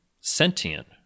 sentient